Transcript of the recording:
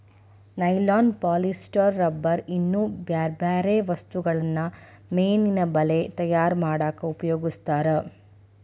nylon polyester rubber ಇನ್ನೂ ಬ್ಯಾರ್ಬ್ಯಾರೇ ವಸ್ತುಗಳನ್ನ ಮೇನಿನ ಬಲೇ ತಯಾರ್ ಮಾಡಕ್ ಉಪಯೋಗಸ್ತಾರ